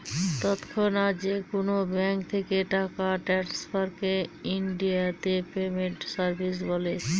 তৎক্ষণাৎ যেকোনো ব্যাঙ্ক থেকে টাকা ট্রান্সফারকে ইনডিয়াতে পেমেন্ট সার্ভিস বলে